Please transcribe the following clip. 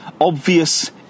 obvious